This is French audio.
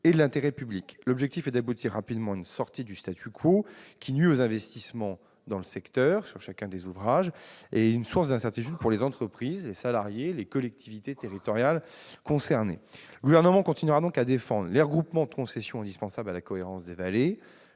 et de l'intérêt public. L'objectif est d'aboutir rapidement à une sortie du, qui nuit aux investissements dans le secteur pour chacun des ouvrages et constitue une source d'incertitude pour les entreprises, pour les salariés et pour les collectivités territoriales concernées. Le Gouvernement continuera donc à défendre les regroupements de concessions indispensables à la cohérence des vallées,